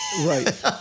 Right